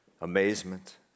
amazement